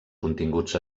continguts